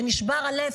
שנשבר הלב,